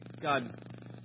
God